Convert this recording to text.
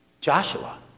Joshua